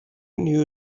knew